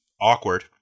awkward